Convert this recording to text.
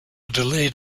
delayed